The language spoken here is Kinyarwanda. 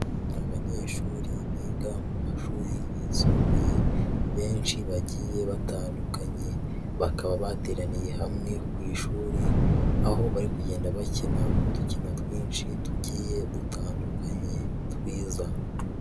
Abanyeshuri biga mu mashuri yisumbuye benshi bagiye batandukanye, bakaba bateraniye hamwe ku ishuri, aho bari kugenda bakina udukino twinshi tugiye dutandukanye twiza.